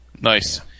Nice